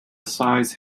size